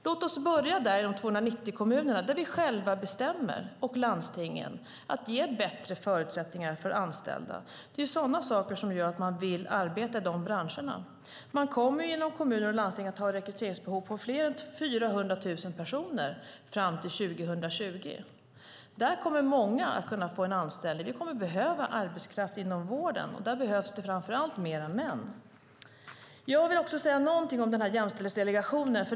Låt oss börja i de 290 kommunerna, där vi själva bestämmer, och i landstingen att ge bättre förutsättningar för anställda. Det är sådana saker som gör att man vill arbeta i de branscherna. Kommuner och landsting kommer att ha ett rekryteringsbehov på fler än 400 000 personer fram till 2020. Där kommer många att kunna få en anställning. Vi kommer att behöva arbetskraft inom vården, och där behövs det framför allt fler män. Jag vill också säga något om jämställdhetsdelegationen.